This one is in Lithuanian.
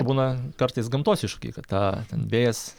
būna kartais gamtos iššūkiai kad tą ten vėjas